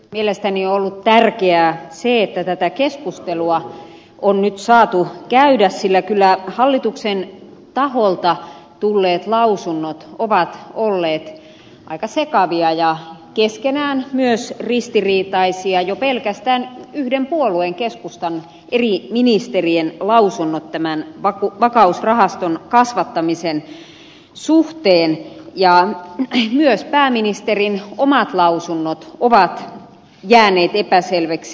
mielestäni on ollut tärkeää se että tätä keskustelua on nyt saatu käydä sillä kyllä hallituksen taholta tulleet lausunnot ovat olleet aika sekavia ja keskenään myös ristiriitaisia jo pelkästään yhden puolueen keskustan eri ministerien lausunnot tämän vakausrahaston kasvattamisen suhteen ja myös pääministerin omat lausunnot ovat jääneet epäselviksi